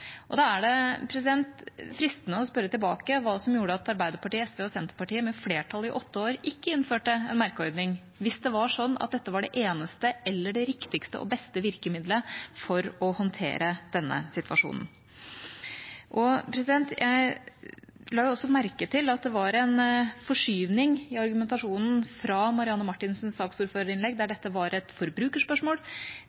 merking. Da er det fristende å spørre tilbake om hva som gjorde at Arbeiderpartiet, SV og Senterpartiet med flertall i åtte år ikke innførte en merkeordning – hvis det var sånn at dette var det eneste eller det riktigste og beste virkemiddelet for å håndtere denne situasjonen. Jeg la også merke til at det var en forskyvning i argumentasjonen fra Marianne Marthinsens saksordførerinnlegg, der dette var et forbrukerspørsmål, til Åsmund Aukrusts innlegg, der